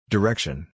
Direction